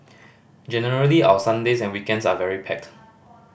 generally our Sundays and weekends are very packed